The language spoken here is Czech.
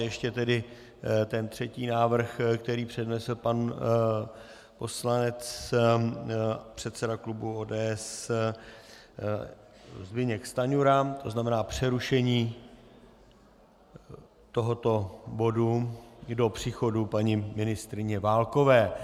Ještě ten třetí návrh, který přednesl pan poslanec předseda klubu ODS Zbyněk Stanjura, tzn. přerušení tohoto bodu do příchodu paní ministryně Válkové.